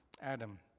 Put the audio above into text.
Adam